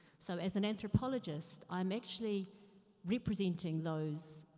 so, as an anthropologist, i'm actually representing those,